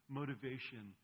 motivation